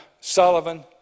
Sullivan